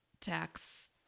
tax